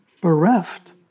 bereft